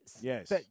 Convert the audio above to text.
Yes